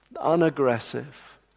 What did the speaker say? unaggressive